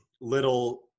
little